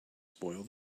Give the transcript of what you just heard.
spoil